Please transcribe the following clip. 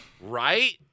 right